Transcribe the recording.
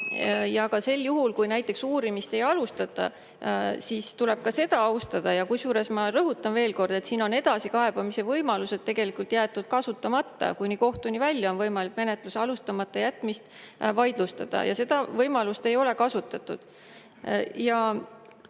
Ja ka sel juhul, kui uurimist näiteks ei alustata, tuleb seda austada. Kusjuures, ma rõhutan veel kord, siin on edasikaebamise võimalused jäetud kasutamata. Kuni kohtuni välja on võimalik menetluse alustamata jätmist vaidlustada ja seda võimalust ei ole kasutatud. Selles